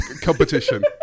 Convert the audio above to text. competition